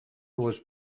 was